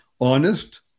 honest